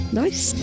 nice